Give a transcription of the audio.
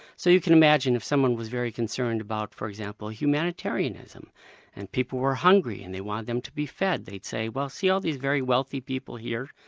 so you can imagine if someone was very concerned about, for example humanitarianism and people were hungry and they want them to be fed, they'd say, well see all these very wealthy people here?